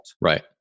Right